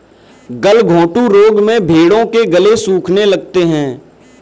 गलघोंटू रोग में भेंड़ों के गले सूखने लगते हैं